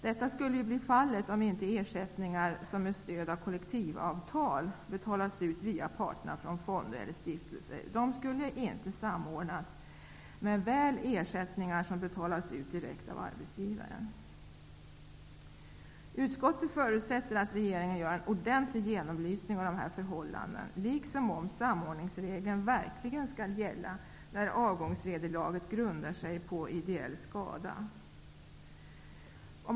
Detta skulle bli fallet om ersättningar som med stöd av kollektivavtal betalas ut via parterna från fonder eller stiftelser inte skulle samordnas, men väl ersättningar som betalas ut direkt av arbetsgivaren. Utskottet förutsätter att regeringen gör en ordentlig genomlysning av dessa förhållanden liksom av om samordningsregeln verkligen skall gälla när avgångsvederlaget grundar sig på ideell skada.